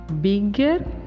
bigger